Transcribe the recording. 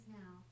now